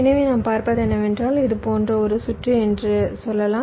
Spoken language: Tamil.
எனவே நாம் பார்ப்பது என்னவென்றால் இது போன்ற ஒரு சுற்று என்று சொல்லலாம்